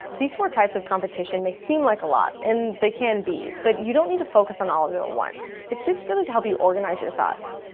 these four types of competition may seem like a lot, and they can be. but you don't need to focus on all of them at once. it's just really to help you organize your thoughts.